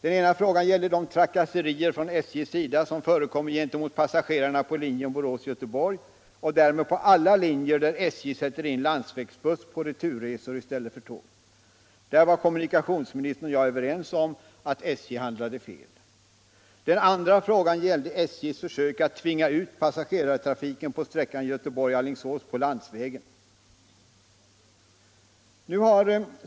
Den ena frågan gällde de trakasserier som från SJ:s sida förekommer gentemot passagerarna på linjen Borås-Göteborg och därmed på alla linjer där SJ sätter in landsvägsbuss på returresor i stället för tåg. Där var kommunikationsministern och jag överens om att SJ handlade fel. Den andra frågan gällde SJ:s försök att tvinga ut passagerartrafiken på sträckan Göteborg-Alingsås på landsvägen.